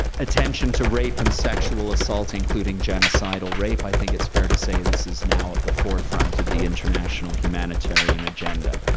attention to rape and sexual assault, including genocidal rape. i think it's fair to say this is now at the forefront of the international humanitarian agenda.